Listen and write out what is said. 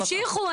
הם המשיכו,